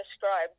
describe